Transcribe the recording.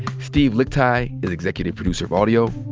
steve lickteig is executive producer of audio.